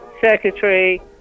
secretary